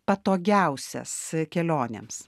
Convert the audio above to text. patogiausias kelionėms